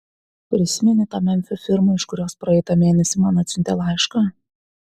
prisimeni tą memfio firmą iš kurios praeitą mėnesį man atsiuntė laišką